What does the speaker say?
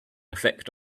effect